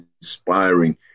inspiring